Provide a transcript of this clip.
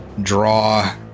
Draw